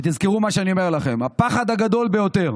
ותזכרו את מה שאני אומר לכם: הפחד הגדול ביותר